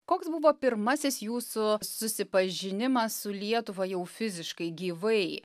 koks buvo pirmasis jūsų susipažinimas su lietuva jau fiziškai gyvai